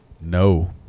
no